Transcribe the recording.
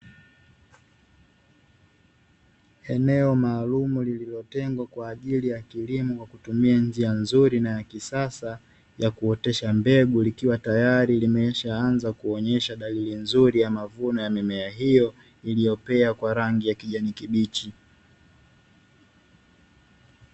Eneo maalumu lililotengwa kwaajili ya kilimo kwa kutumia njia nzuri na ya kisasa ya kuotesha mbegu likiwa tayari limeshaanza kuonyesha dalili nzuri ya mavuno ya mimea hiyo iliyopea kwa rangi ya kijani kibichi.